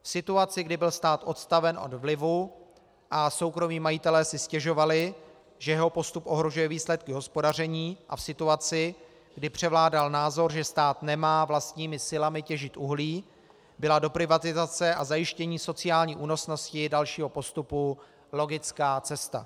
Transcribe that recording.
V situaci, kdy byl stát odstaven od vlivu a soukromí majitelé si stěžovali, že jeho postup ohrožuje výsledky hospodaření, a v situaci, kdy převládal názor, že stát nemá vlastními silami těžit uhlí, byla doprivatizace a zajištění sociální únosnosti dalšího postupu logická cesta.